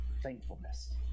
Thankfulness